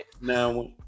now